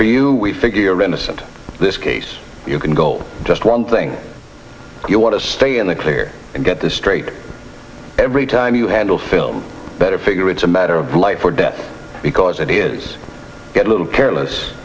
for you we figure innocent this case you can go just one thing you want to stay in the clear and get this straight every time you handle film better figure it's a matter of life or death because ideas get a little careless